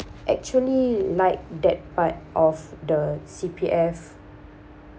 actually like that part of the C_P_F